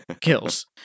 kills